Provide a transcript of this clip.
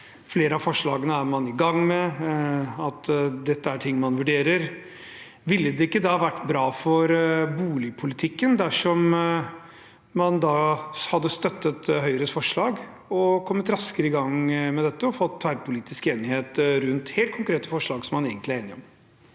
flere av forslagene, og at dette er ting man vurderer. Ville det ikke da vært bra for boligpolitikken dersom man hadde støttet Høyres forslag og kommet raskere i gang med dette, og fått tverrpolitisk enighet om helt konkrete forslag som man egentlig er enig om?